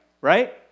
right